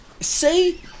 Say